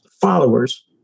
followers